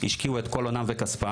השקיעו את כל הונם וכספם,